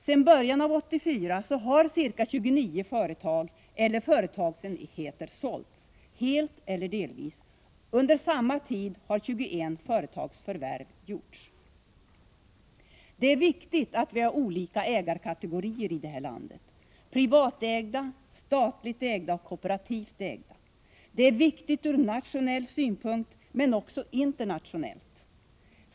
Sedan början av 1984 har ca 29 företag eller företagsenheter sålts helt eller delvis. Under samma tid har 21 företagsförvärv gjorts. Det är viktigt att vi har olika ägarkategorier i det här landet: privatägda, statligt ägda och kooperativt ägda. Det är viktigt ur nationell synpunkt men också internationellt.